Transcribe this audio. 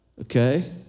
Okay